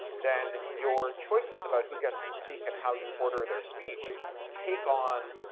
then your choices about who gets to speak and how you order their speech take on